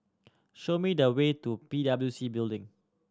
show me the way to P W C Building